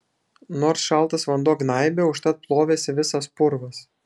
nors šaltas vanduo gnaibė užtat plovėsi visas purvas